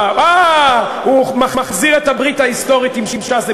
אה, אה, הוא מחזיר את הברית ההיסטורית עם ש"ס.